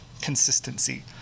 consistency